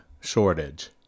shortage